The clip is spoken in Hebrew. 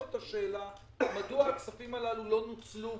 את השאלה מדוע הכספים הללו לא נוצלו